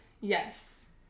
Yes